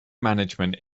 management